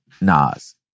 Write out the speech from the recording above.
Nas